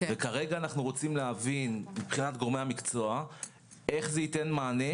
כרגע אנחנו רוצים להבין מגורמי המקצוע איך זה ייתן מענה,